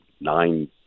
nine